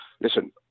listen